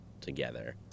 together